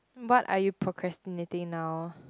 what are you procrastinating now